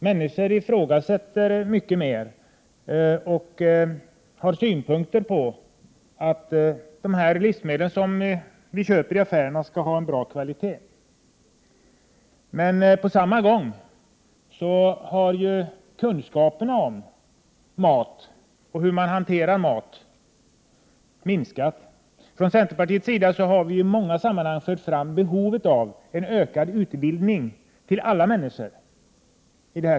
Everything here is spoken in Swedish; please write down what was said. Människor ifrågasätter alltmer och har synpunkter på de livsmedel som vi köper i affärerna — de skall vara av bra kvalitet. Men på samma gång har kunskaperna om mat och hur man hanterar mat minskat. Vi i centerpartiet har i många sammanhang framhållit behovet av mera utbildning för alla människor.